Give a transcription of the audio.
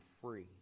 free